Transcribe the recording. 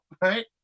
right